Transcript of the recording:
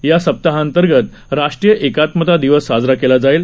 या सप्ताहांतर्गत राष्ट्रीय एकात्मता दिवस साजरा केला जाईल